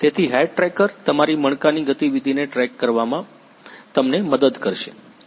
તેથી head tracker તમારી મણકાની ગતિવિધિને ટ્રેક કરવામાં તમને મદદ કરશે